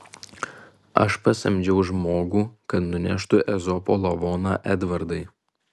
aš pasamdžiau žmogų kad nuneštų ezopo lavoną edvardai